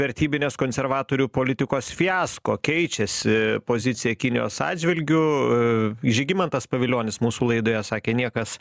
vertybinės konservatorių politikos fiasko keičiasi pozicija kinijos atžvilgiu žygimantas pavilionis mūsų laidoje sakė niekas